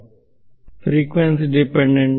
ವಿದ್ಯಾರ್ಥಿ ಫ್ರಿಕ್ವೆನ್ಸಿ ಅವಲಂಬಿತ